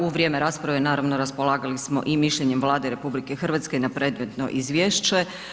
U vrijeme rasprave naravno raspolagali smo i mišljenjem Vlade RH na predmetno izvješće.